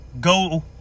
go